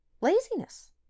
laziness